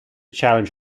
challenge